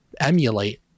emulate